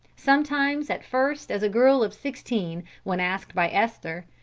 sometimes at first as a girl of sixteen when asked by esther,